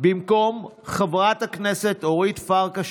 במקום חבר הכנסת חילי טרופר,